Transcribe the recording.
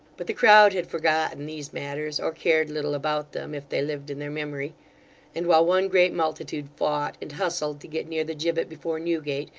but the crowd had forgotten these matters, or cared little about them if they lived in their memory and while one great multitude fought and hustled to get near the gibbet before newgate,